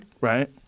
Right